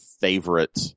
favorite